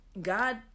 God